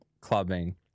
clubbing